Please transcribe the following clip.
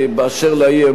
באשר לאי-אמון,